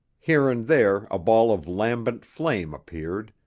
here and there a ball of lambent flame appeared,